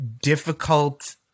difficult